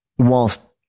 whilst